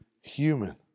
human